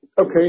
Okay